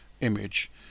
image